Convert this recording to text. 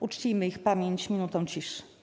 Uczcijmy ich pamięć minutą ciszy.